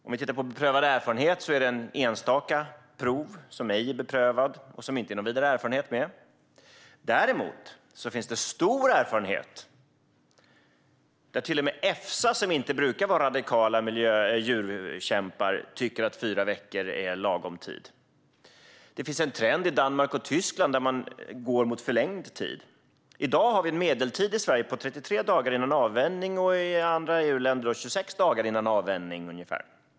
Vad gäller beprövad erfarenhet har enstaka prov gjorts, och det är inte beprövat och innehåller inte någon vidare erfarenhet. Det finns däremot stor erfarenhet av fyra veckor, vilket till och med Efsa, som inte brukar vara en radikal djurförkämpe, tycker är lagom tid. Det finns en trend i Danmark och Tyskland där man går mot förlängd tid. I dag har vi i Sverige en medeltid på 33 dagar före avvänjning. I andra EU-länder är det ungefär 26 dagar före avvänjning.